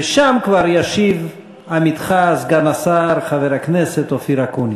ושם כבר ישיב עמיתך סגן השר חבר הכנסת אופיר אקוניס.